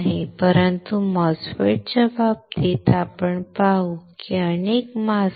परंतु MOSFET च्या बाबतीत आपण पाहू की अनेक मास्क आहेत